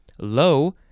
Low